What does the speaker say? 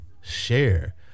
share